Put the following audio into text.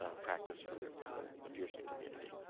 ah practice for for the pearson community.